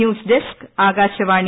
news desk Akashvani